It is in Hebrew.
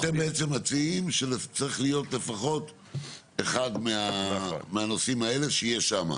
אתם בעצם מציעים שצריך להיות לפחות אחד מהנושאים האלה שיהיה שם.